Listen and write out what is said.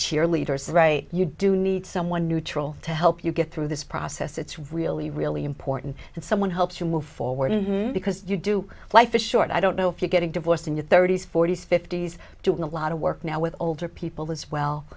cheerleaders right you do need someone neutral to help you get through this process it's really really important that someone helps you move forward because you do life is short i don't know if you're getting divorced in your thirty's forty's fifty's doing a lot of work now with older people as well